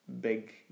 big